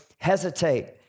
hesitate